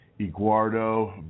Iguardo